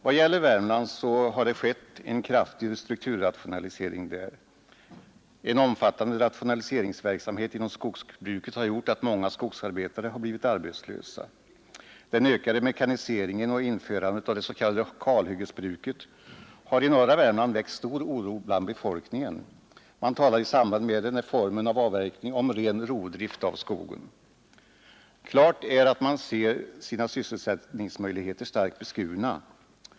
Vad gäller Värmland har där en kraftig strukturrationalisering skett. En omfattande rationaliseringsverksamhet inom skogsbruket har gjort att många skogsarbetare blivit arbetslösa. Den ökade mekaniseringen och införandet av det s.k. kalhyggesbruket har i norra Värmland väckt stor oro bland befolkningen. Man talar i samband med den här formen av avverkning om ren rovdrift av skogen. Klart är att man ser sina sysselsättningsmöjligheter starkt beskurna.